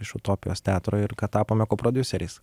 iš utopijos teatro ir kad tapome koprodiuseriais